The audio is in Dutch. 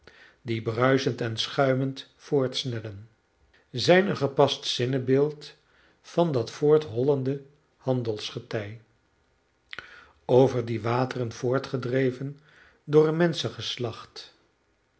die bruisend en schuimend voortsnellen zijn een gepast zinnebeeld van dat voorthollende handelsgetij over die wateren voortgedreven door een